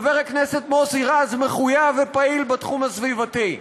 חבר הכנסת מוסי רז מחויב ופעיל בתחום הסביבתי.